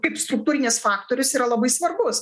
kaip struktūrinis faktorius yra labai svarbus